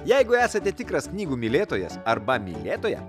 jeigu esate tikras knygų mylėtojas arba mylėtoja